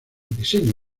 diseño